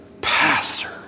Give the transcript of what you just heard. pastor